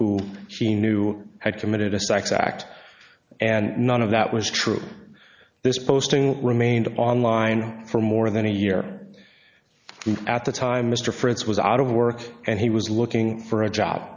who she knew had committed a sex act and none of that was true this posting remained online for more than a year at the time mr fritz was out of work and he was looking for a job